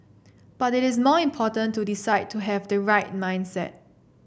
but it is more important to decide to have the right mindset